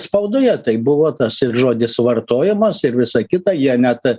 spaudoje tai buvo tas žodis vartojamas ir visa kita jie net